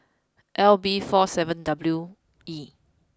L B four seven W E